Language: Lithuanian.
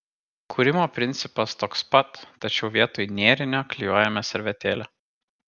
kūrimo principas toks pat tačiau vietoj nėrinio klijuojame servetėlę